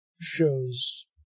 shows